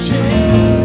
Jesus